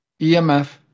EMF